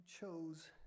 chose